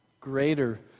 greater